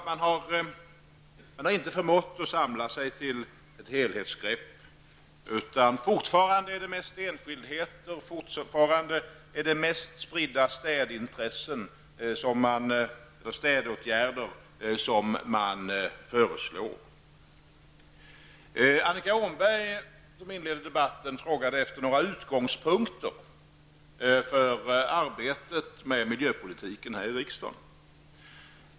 Man har inte förmått samla sig till ett helhetsgrepp, utan det är fortfarande mest enskildheter, spridda städintressen och städåtgärder som man föreslår. Annika Åhnberg, som inledde debatten, frågade efter några utgångspunkter för arbetet med miljöpolitiken här i riksdagen.